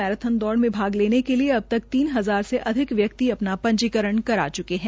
marathon दौड़ में भाग लेने के लिए अब तक तीन हजार से अधिक व्यक्ति अपना पंजीकरण करा च्के है